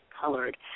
colored